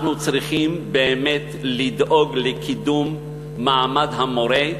אנחנו צריכים באמת לדאוג לקידום מעמד המורה,